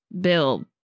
bill